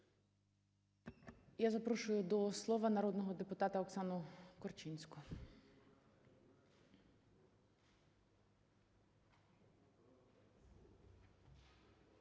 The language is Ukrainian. Я запрошую до слова народного депутата Оксану Корчинську.